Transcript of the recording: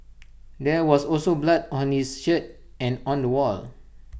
there was also blood on his shirt and on the wall